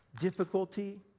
difficulty